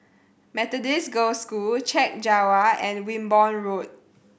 Methodist Girls' School Chek Jawa and Wimborne Road